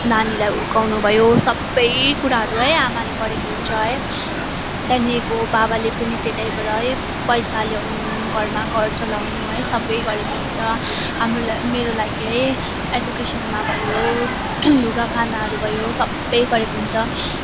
नानीलाई हुर्काउनु भयो सबै कुराहरू है आमाले गरेको हुन्छ है त्यहाँदेखिको बाबाले पनि त्यतैबाट है पैसा ल्याउनु घरमा घर चलाउनु है सबै गरेको हुन्छ है हाम्रो ला मेरो लागि है एडुकेसनमा भयो लुगा खानाहरू भयो सबै गरेको हुन्छ